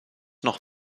noch